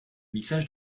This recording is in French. mixage